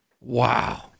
Wow